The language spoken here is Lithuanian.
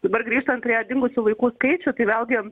dabar grįžtant prie dingusių vaikų skaičių tai vėlgi